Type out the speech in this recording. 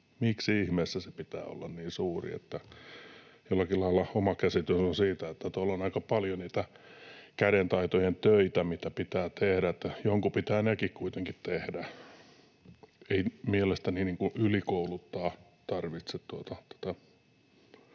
miksi ihmeessä sen pitää olla niin suuri? Oma käsitykseni on se, että tuolla on aika paljon niitä kädentaitojen töitä, mitä pitää tehdä, ja jonkun pitää nekin kuitenkin tehdä. Ei mielestäni ylikouluttaa tarvitse